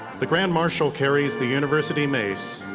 the grand marshal carries the university mace,